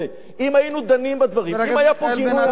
אם היינו דנים בדברים, חבר הכנסת מיכאל בן-ארי.